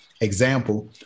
Example